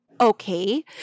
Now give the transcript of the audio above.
okay